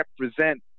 represent